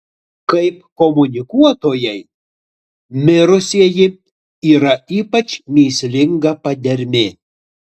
kaip komunikuotojai mirusieji yra ypač mįslinga padermė